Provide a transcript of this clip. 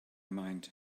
mind